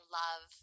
love